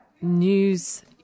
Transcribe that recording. news